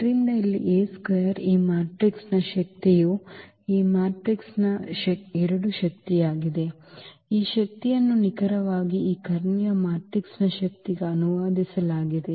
ಆದ್ದರಿಂದ ಇಲ್ಲಿ A square ಈ ಮ್ಯಾಟ್ರಿಕ್ಸ್ನ ಶಕ್ತಿಯು ಈ ಮ್ಯಾಟ್ರಿಕ್ಸ್ನ 2 ಶಕ್ತಿಯಾಗಿದೆ ಈ ಶಕ್ತಿಯನ್ನು ನಿಖರವಾಗಿ ಈ ಕರ್ಣೀಯ ಮ್ಯಾಟ್ರಿಕ್ಸ್ನ ಶಕ್ತಿಗೆ ಅನುವಾದಿಸಲಾಗಿದೆ